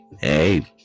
Hey